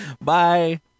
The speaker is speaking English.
bye